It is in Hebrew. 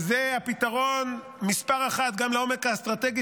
זה הפתרון מס' אחת גם לעומק האסטרטגי